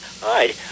Hi